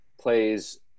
plays